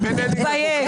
--- תתבייש.